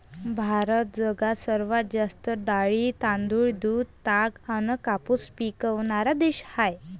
भारत जगात सर्वात जास्त डाळी, तांदूळ, दूध, ताग अन कापूस पिकवनारा देश हाय